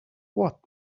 what